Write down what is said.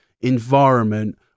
environment